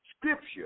scripture